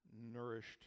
nourished